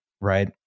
right